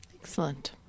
Excellent